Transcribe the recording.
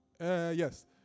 Yes